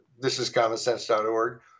thisiscommonsense.org